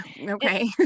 Okay